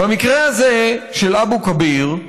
במקרה הזה של אבו כביר,